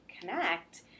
connect